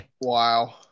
wow